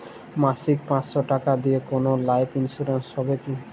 মাসিক পাঁচশো টাকা দিয়ে কোনো লাইফ ইন্সুরেন্স হবে কি?